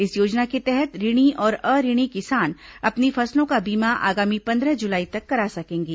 इस योजना के तहत ऋणी और अऋणी किसान अपनी फसलों का बीमा आगामी पंद्रह जुलाई तक करा सकेंगे